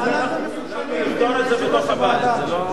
אנחנו מסונכרנים עם היושב-ראש של ועדת הרווחה.